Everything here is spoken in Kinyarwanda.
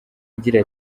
agira